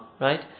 right